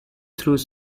through